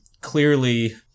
clearly